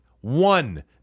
one